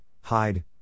hide